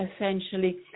essentially